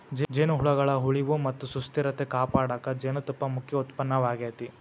ಜೇನುಹುಳಗಳ ಉಳಿವು ಮತ್ತ ಸುಸ್ಥಿರತೆ ಕಾಪಾಡಕ ಜೇನುತುಪ್ಪ ಮುಖ್ಯ ಉತ್ಪನ್ನವಾಗೇತಿ